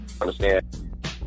Understand